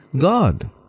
God